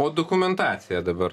o dokumentacija dabar